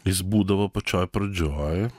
jis būdavo pačioj pradžioj